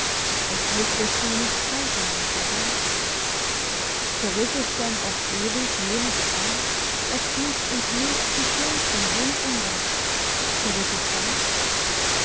und blicktest du nicht kalt an mir vorbei zerriss es denn auf ewig jenes band das dich und mich zu schönstem bund umwand zerriss es ganz